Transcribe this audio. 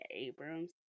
Abrams